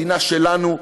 מדינה שלנו,